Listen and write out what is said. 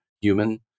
human